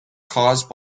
caused